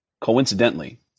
coincidentally